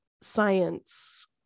science